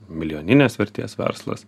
milijoninės vertės verslas